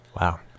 Wow